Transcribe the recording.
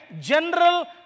general